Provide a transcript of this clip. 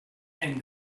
and